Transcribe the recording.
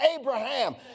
Abraham